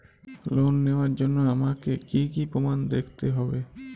Loan নেওয়ার জন্য আমাকে কী কী প্রমাণ দেখতে হবে?